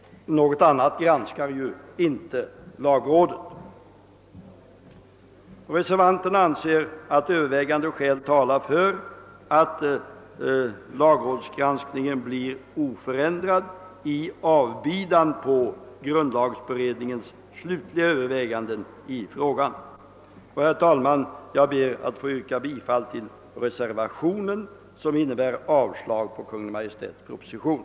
Något annat granskar ju inte lagrådet. Reservanterna anser att övervägande skäl talar för att lagrådsgranskningen blir oförändrad i avvaktan på grundlagberedningens slutliga överväganden i frågan. Herr talman! Jag ber att få yrka bifall till reservationen som innebär avslag på Kungl. Maj:ts proposition.